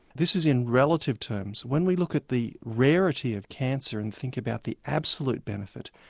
this is in relative terms. when we look at the rarity of cancer and think about the absolute benefit,